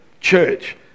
church